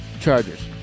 Chargers